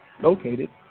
located